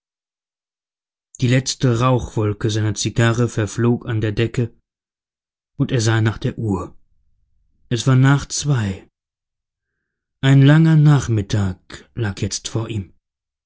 die letzte rauchwolke seiner zigarre verflog an der decke und er sah nach der uhr es war nach zwei ein langer nachmittag lag jetzt vor ihm